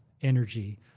energy